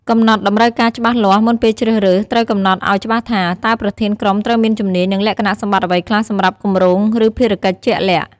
កំណត់តម្រូវការច្បាស់លាស់ មុនពេលជ្រើសរើស ត្រូវកំណត់ឱ្យច្បាស់ថា តើប្រធានក្រុមត្រូវមានជំនាញ និងលក្ខណៈសម្បត្តិអ្វីខ្លះសម្រាប់គម្រោង ឬភារកិច្ចជាក់លាក់។